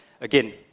again